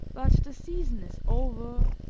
but the season is over,